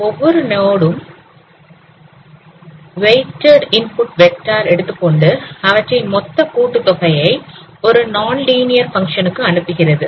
ஒவ்வொரு நோடும் weighted input vector எடுத்துக்கொண்டு அவற்றின் மொத்த கூட்டுத் தொகையை ஒரு நான் லீனியர் பங்க்ஷன் க்கு அனுப்புகிறது